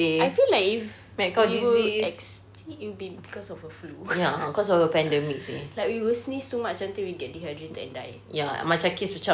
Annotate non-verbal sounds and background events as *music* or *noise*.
I feel like we'll extinct it will be because of a flu *laughs* like we will sneeze too much until we get dehydrated and die